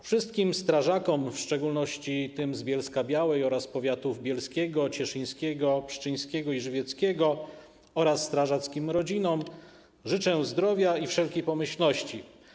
Wszystkim strażakom, w szczególności tym z Bielska-Białej oraz powiatów bielskiego, cieszyńskiego, pszczyńskiego i żywieckiego, oraz strażackim rodzinom życzę zdrowia i wszelkiej pomyślności.